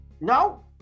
No